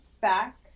back